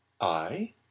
I